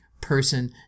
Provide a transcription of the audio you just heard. person